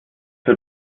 für